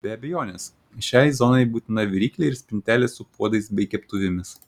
be abejonės šiai zonai būtina viryklė ir spintelė su puodais bei keptuvėmis